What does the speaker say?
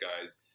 guys